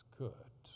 good